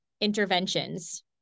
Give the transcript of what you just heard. interventions